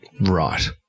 Right